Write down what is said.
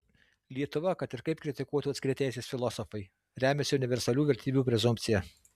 lietuva kad ir kaip kritikuotų atskiri teisės filosofai remiasi universalių vertybių prezumpcija